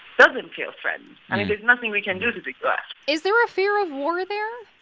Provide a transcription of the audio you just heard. doesn't feel threatened. i mean, there's nothing we can do to to but is there a fear of war there?